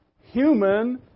human